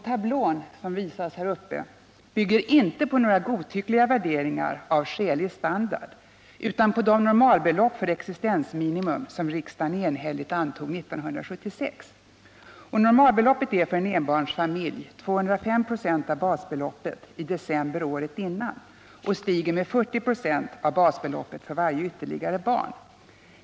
Tablån bygger inte på några godtyckliga värderingar av skälig standard utan på de normalbelopp för existensminimum som riksdagen enhälligt antog 1976. Normalbeloppet är för en enbarnsfamilj 205 26 av basbeloppet i december året före och stiger med 40 96 av basbeloppet för varje ytterligare barn.